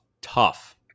tough